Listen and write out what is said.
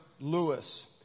Lewis